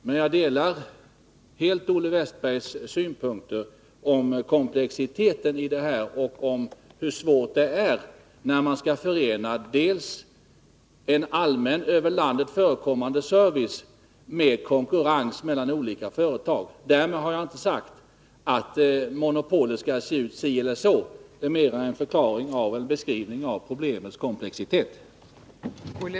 Men jag delar helt Olle Wästbergs synpunkter på komplexiteten och hur svårt det är att förena en allmän, över hela landet förekommande service med konkurrens mellan olika företag. Därmed har jag inte sagt att monopolet skall se ut si eller så, utan detta är mera en beskrivning av problemets komplexitet. att förhindra utförsäljning av svenska fartyg